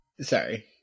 Sorry